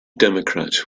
democrat